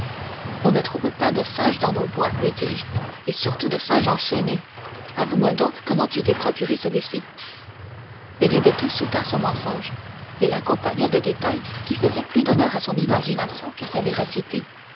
on ne trouve pas de singe dans nos bois lui dis-je et surtout de singe enchaîné avoue moi donc comment tu t'es procuré celui-ci benedetto soutint son mensonge et l'accompagna de détails qui faisaient plus d'honneur à son imagination qu'à sa véracité